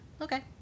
Okay